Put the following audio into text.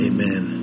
Amen